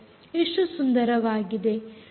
ಎಷ್ಟು ಸುಂದರವಾಗಿದೆ